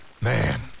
Man